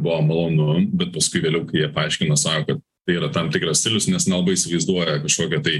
buvo malonu bet paskui vėliau kai jie paaiškina sako kad tai yra tam tikras stilius nes nelabai įsivaizduoja kažkokią tai